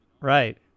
Right